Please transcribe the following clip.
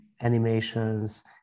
animations